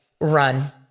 run